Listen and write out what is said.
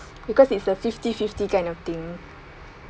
because it's a fifty fifty kind of thing